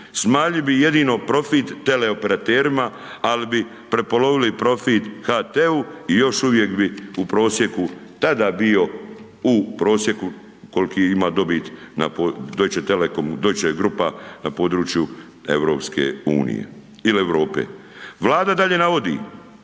Smanjili bi jedino profit teleoperaterima, ali bi prepolovili profit HT-u i još uvijek bi u prosjeku tada bio u prosjeku koliki ima dobit na Deutsche telekomu, Deutsche grupa na području EU ili Europe. Vlada dalje navodi,